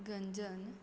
गंजन